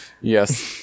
yes